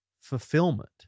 fulfillment